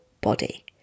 body